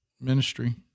ministry